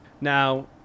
Now